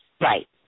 Right